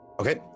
Okay